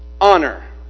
honor